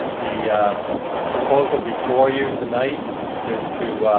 the proposal before you tonight is to